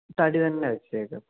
തടി തന്നെ വെച്ചേക്കൂ